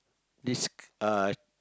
this uh